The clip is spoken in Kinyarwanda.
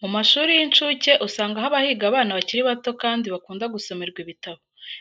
Mu mashuri y'incuke usanga haba higa abana bakiri bato kandi bakunda gusomerwa ibitabo.